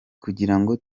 kugirango